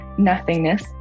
nothingness